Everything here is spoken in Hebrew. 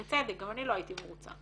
בצדק, גם אני לא הייתי מרוצה.